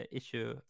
issue